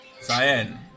Cyan